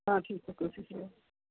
हाँ ठीक है कोशिश रहेगा